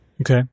Okay